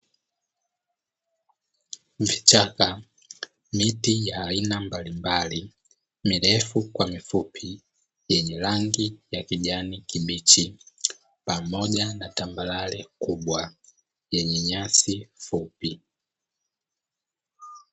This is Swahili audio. Vichaka, miti ya aina mbalimbali mirefu kwa mifupi yenye rangi ya kijani kibichi pamoja na tambarale kubwa yenye nyasi fupi.